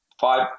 five